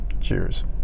Cheers